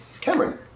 Cameron